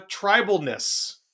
tribalness